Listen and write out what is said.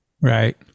Right